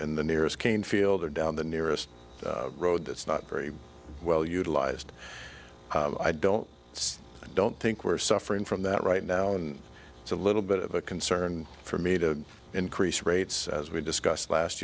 in the nearest cane field or down the nearest road that's not very well utilized i don't don't think we're suffering from that right now and it's a little bit of a concern for me to increase rates as we discussed last